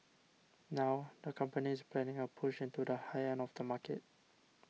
now the company is planning a push into the high end of the market